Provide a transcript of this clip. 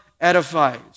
Edifies